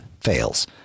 fails